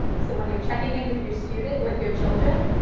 so when you're checking in with your student with your children,